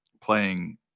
playing